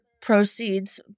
proceeds